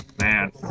Man